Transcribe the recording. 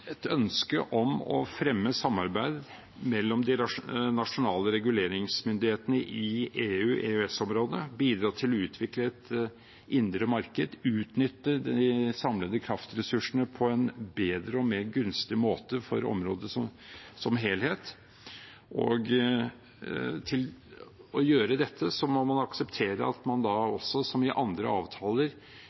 et ønske om å fremme samarbeid mellom de nasjonale reguleringsmyndighetene i EU/EØS-området, bidra til å utvikle et indre marked og utnytte de samlede kraftressursene på en bedre og mer gunstig måte for området som helhet. For å gjøre dette må man akseptere at man som i andre avtaler